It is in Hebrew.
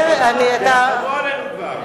תרחמו עלינו כבר,